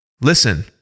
Listen